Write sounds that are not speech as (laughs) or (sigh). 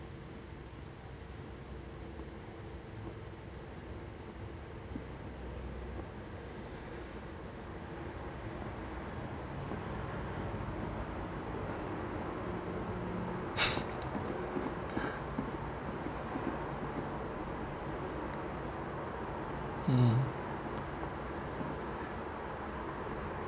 (laughs) mmhmm